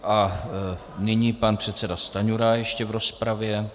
A nyní pan předseda Stanjura ještě v rozpravě.